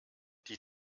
die